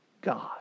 God